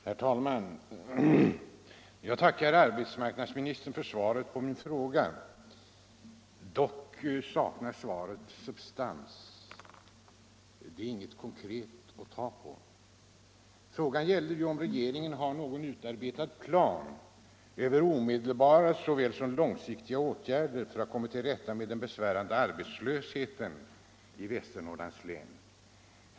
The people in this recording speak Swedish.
Herr talman! Jag tackar arbetsmarknadsministern för svaret på min fråga. Dock saknar svaret substans; det ger inget konkret att ta på. Frågan gällde ju om regeringen har någon utarbetad plan över omedelbara såväl som långsiktiga åtgärder för att komma till rätta med den besvärande arbetslösheten i Västernorrlands län.